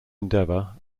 endeavor